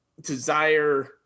desire –